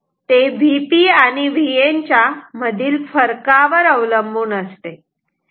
ते Vp आणि Vn च्या मधील फरकावर अवलंबून नसते